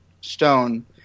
stone